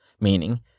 meaning